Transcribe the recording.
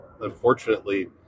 Unfortunately